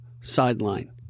Sideline